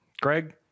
greg